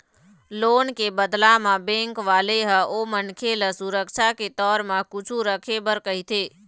loan के बदला म बेंक वाले ह ओ मनखे ल सुरक्छा के तौर म कुछु रखे बर कहिथे